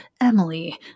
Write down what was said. Emily